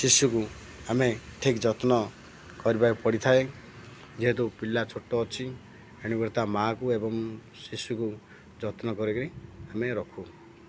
ଶିଶୁକୁ ଆମେ ଠିକ୍ ଯତ୍ନ କରିବାକୁ ପଡ଼ିଥାଏ ଯେହେତୁ ପିଲା ଛୋଟ ଅଛି ଏଣୁ ତା' ମା'କୁ ଏବଂ ଶିଶୁକୁ ଯତ୍ନ କରିକି ଆମେ ରଖୁ